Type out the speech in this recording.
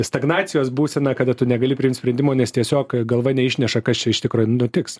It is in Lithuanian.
stagnacijos būseną kada tu negali priimt sprendimo nes tiesiog galva neišneša kas čia iš tikro nutiks